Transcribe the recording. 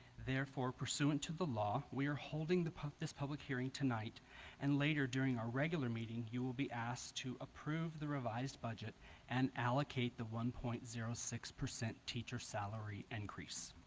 therefore pursuant to the law we are holding the this public hearing tonight and later during a regular meeting you will be asked to approve the revised budget an allocate the one point zero six percent teacher salary increase